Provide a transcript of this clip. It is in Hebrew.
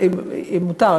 אם מותר,